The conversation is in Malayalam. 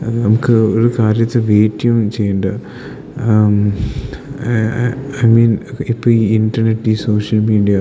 നമുക്ക് ഒരു കാര്യത്തെ വെയ്റ്റിയും ചെയ്യണ്ട ഐ മീൻ ഇപ്പം ഈ ഇൻ്റർനെറ്റ് ഈ സോഷ്യൽ മീഡിയ